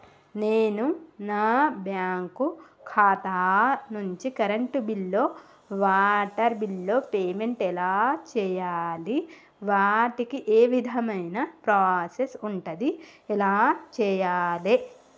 నేను నా బ్యాంకు ఖాతా నుంచి కరెంట్ బిల్లో వాటర్ బిల్లో పేమెంట్ ఎలా చేయాలి? వాటికి ఏ విధమైన ప్రాసెస్ ఉంటది? ఎలా చేయాలే?